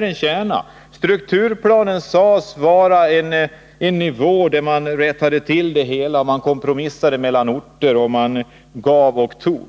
Den strukturplanen var en kärna med vars hjälp man rättade till saker och ting, kompromissade mellan orter, gav och tog.